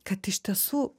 kad iš tiesų